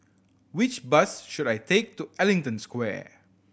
which bus should I take to Ellington Square